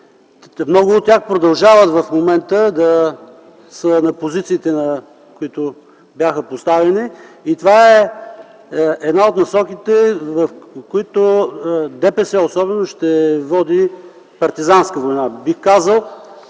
Много от тях продължават в момента да са на позициите, на които бяха поставени, и това е една от насоките, по които ДПС ще води „партизанска война”. Бих казал